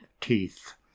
teeth